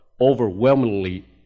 Overwhelmingly